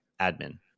admin